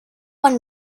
when